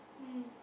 mm